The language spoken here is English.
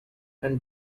and